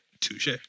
Touche